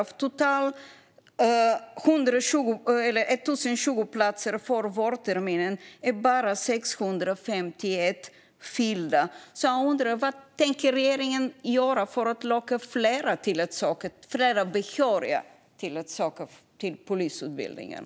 Av totalt 1 020 platser till vårterminen är bara 651 fyllda. Jag undrar: Vad tänker regeringen göra för att locka fler behöriga till att söka till polisutbildningen?